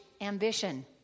ambition